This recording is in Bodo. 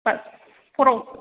क्लास फ'राव